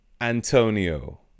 Antonio